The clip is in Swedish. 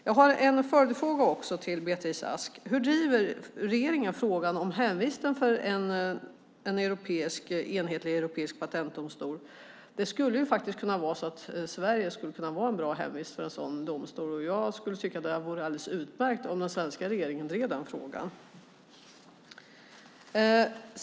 Jag har en följdfråga också till Beatrice Ask. Hur driver regeringen frågan om hemvisten för en enhetlig europeisk patentdomstol? Det skulle faktiskt kunna vara så att Sverige skulle kunna vara en bra hemvist för en sådan domstol. Jag skulle tycka att det vore alldeles utmärkt om den svenska regeringen drev den frågan.